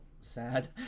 sad